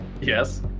Yes